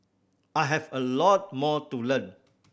I have a lot more to learn